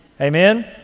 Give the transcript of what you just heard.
amen